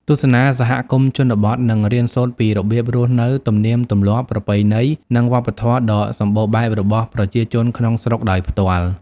ទស្សនាសហគមន៍ជនបទ និងរៀនសូត្រពីរបៀបរស់នៅ ទំនៀមទម្លាប់ ប្រពៃណី និងវប្បធម៌ដ៏សម្បូរបែបរបស់ប្រជាជនក្នុងស្រុកដោយផ្ទាល់។